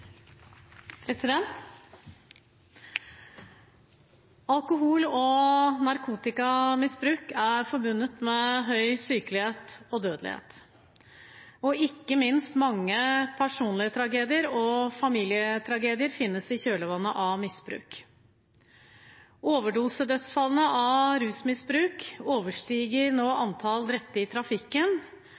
forbundet med høy sykelighet og dødelighet. Ikke minst er det mange personlige tragedier og familietragedier i kjølvannet av misbruk. Overdosedødsfallene på grunn av rusmisbruk overstiger nå antall drepte i trafikken,